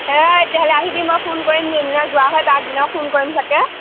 এই তেতিয়াহ'লে আহিবি মই ফোন কৰিম যোনদিনা যোৱা হয় তাৰ আগদিনাও ফোন কৰিম চাগে